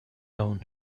own